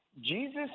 Jesus